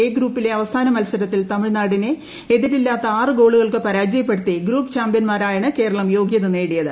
A ഗ്രൂപ്പിലെ അവസാന മത്സരത്തിൽ തമിഴ്നാടിനെ എതിരില്ലാത്ത ആറ് ഗോളുകൾക് പരാജയപ്പെടുത്തി ഗ്രൂപ്പ് ചാമ്പൃന്മാരായാണ് കേരളം യോഗൃത നേടിയത്